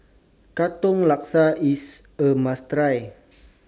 Katong Laksa IS A must Try